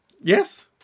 Yes